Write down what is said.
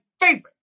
favorite